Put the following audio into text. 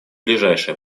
ближайшее